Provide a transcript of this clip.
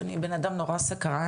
אני בן אדם נורא סקרן.